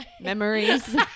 Memories